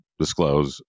disclose